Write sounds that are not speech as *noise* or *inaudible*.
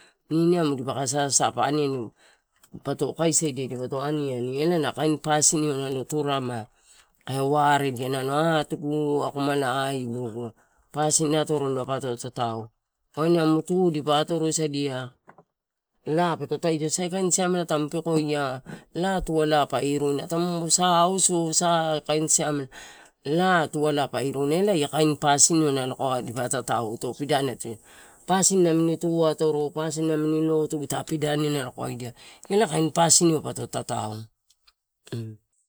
Niniamu dipa ka sasapa aniani pato kaisaedia dipo to aniani ela na kain pasiniua nalo turarema kae warediama nalo atugu akomala aibigu. Pasin atorola pato tatao waini amu tu dipa atorosamadia *noise* laa peto taitio, saikain siamela tamu peko ia laa tualai pa iruina tamu auso sa eh kain siamela, laa tualai pa ituina ela ia kain pasiniua nalo kaua dipa tatao ito pidani ai tusadiato, pasin naming tu atoro, pasin, nami lotu, itam pidania, elae kain pasiniu pato tatao. *hesitation*